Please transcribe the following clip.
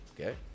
okay